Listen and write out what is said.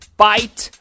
bite